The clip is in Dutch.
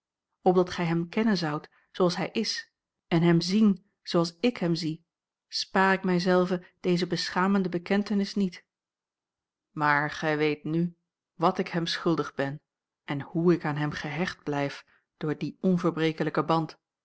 opdat gij hem kennen zoudt zooals hij is en hem zien zooals ik hem zie spaar ik mij zelven deze beschamende bekentenis niet maar gij weet nù a l g bosboom-toussaint langs een omweg wat ik hem schuldig ben en hoe ik aan hem gehecht blijf door dien onverbrekelijken band